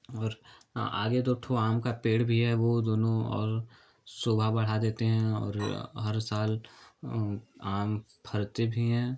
और आगे दो ठू आम का पेड़ भी है वे दोनों और सुबह बढ़ा देते हैं और हर साल आम फलते भी हैं